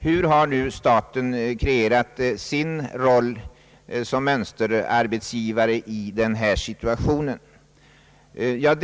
Hur har nu staten kreerat sin roll som mönsterarbetsgivare i här förevarande fall?